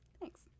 Thanks